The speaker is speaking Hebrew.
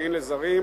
במקרקעין לזרים),